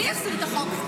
מי הסיר את החוק?